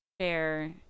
share